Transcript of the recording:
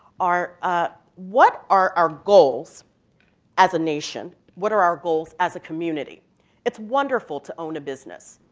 are ah what are our goals as a nation, what are our goals as a community it's wonderful to own a business.